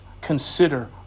consider